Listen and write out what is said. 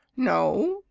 no,